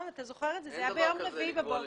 אתה זוכר את זה, זה היה ביום רביעי בבוקר.